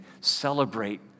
celebrate